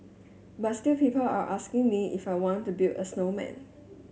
but still people are asking me if I want to build a snowman